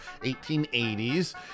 1880s